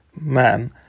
man